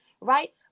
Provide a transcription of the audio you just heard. right